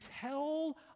tell